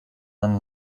man